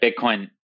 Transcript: Bitcoin